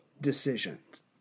decisions